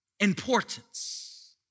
importance